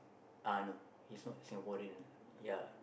uh no he's not Singaporean lah ya